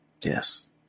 Yes